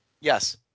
Yes